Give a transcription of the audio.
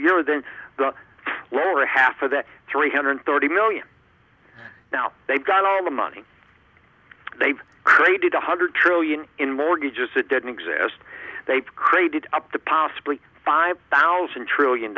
year than the lower half of that three hundred thirty million now they've got all the money they've created a hundred trillion in mortgages that didn't exist they've created up to possibly five thousand trillion